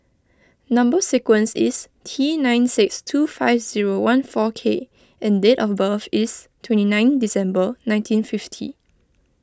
Number Sequence is T nine six two five zero one four K and date of birth is twenty nine December nineteen fifty